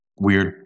weird